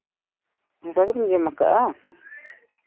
ᱢᱮᱱ ᱫᱟᱞᱤᱧ ᱡᱚᱢ ᱠᱟᱜᱼᱟ